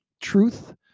truth